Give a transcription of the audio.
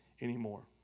anymore